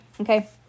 Okay